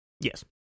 Yes